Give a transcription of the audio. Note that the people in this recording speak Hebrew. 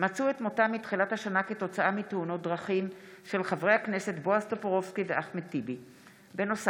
בהצעתם של חברי הכנסת בועז טופורובסקי ואחמד טיבי בנושא: